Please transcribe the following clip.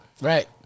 Right